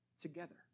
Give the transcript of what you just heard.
together